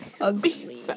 ugly